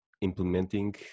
implementing